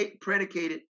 predicated